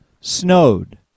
snowed